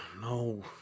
No